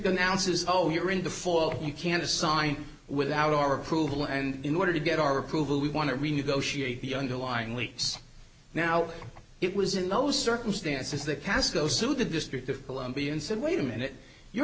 says oh you're in before you can assign without our approval and in order to get our approval we want to renegotiate the underlying lease now it was in those circumstances that pascoe sued the district of columbia and said wait a minute you're